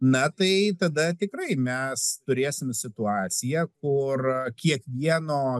na tai tada tikrai mes turėsim situaciją kur kiekvieno